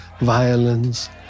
violence